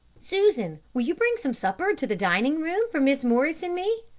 susan, will you bring some supper to the dining-room, for miss morris and me?